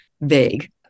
vague